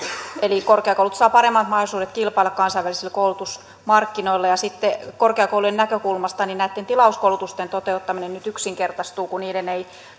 eli korkeakoulut saavat paremmat mahdollisuudet kilpailla kansainvälisillä koulutusmarkkinoilla sitten korkeakoulujen näkökulmasta näitten tilauskoulutusten toteuttaminen nyt yksinkertaistuu kun niiden ei